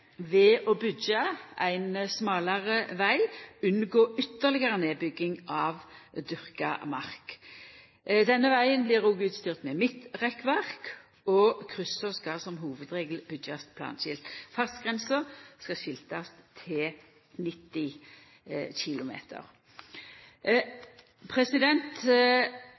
ved å byggja ein smalare veg unngå ytterlegare nedbygging av dyrka mark. Denne vegen blir òg utstyrt med midtrekkverk, og kryssa skal som hovudregel byggjast planskilde. Fartsgrensa skal skiltast til 90